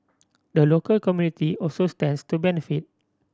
the local community also stands to benefit